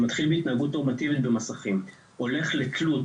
שמתחיל מהתנהגות נורמטיבית במסכים הולך לתלות,